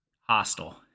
hostile